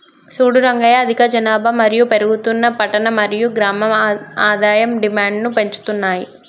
సూడు రంగయ్య అధిక జనాభా మరియు పెరుగుతున్న పట్టణ మరియు గ్రామం ఆదాయం డిమాండ్ను పెంచుతున్నాయి